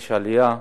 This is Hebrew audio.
יש עלייה,